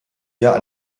jahr